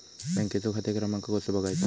बँकेचो खाते क्रमांक कसो बगायचो?